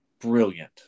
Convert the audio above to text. brilliant